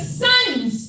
sons